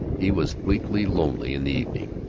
he was bleakly lonely in the evening,